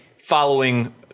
following